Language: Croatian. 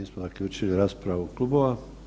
Mi smo zaključili raspravu klubova.